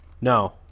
No